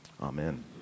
amen